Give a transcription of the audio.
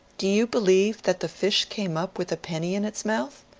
do you believe that the fish came up with a penny in its mouth?